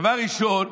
דבר ראשון,